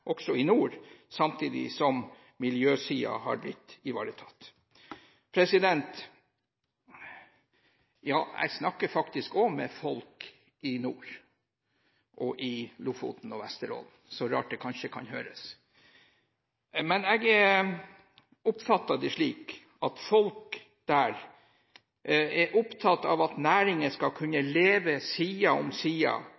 også for petroleumsnæringen i nord, samtidig som miljøsiden har blitt ivaretatt. Ja, jeg snakker faktisk også med folk i nord og i Lofoten og Vesterålen, så rart det kanskje kan høres. Men jeg oppfatter det slik at folk der er opptatt av at næringer skal